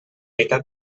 meitat